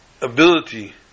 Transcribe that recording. ability